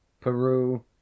Peru